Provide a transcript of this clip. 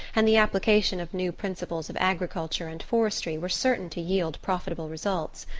and the application of new principles of agriculture and forestry were certain to yield profitable results.